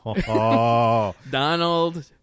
Donald